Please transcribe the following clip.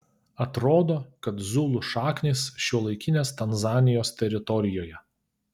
atrodo kad zulų šaknys šiuolaikinės tanzanijos teritorijoje